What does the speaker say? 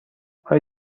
آیا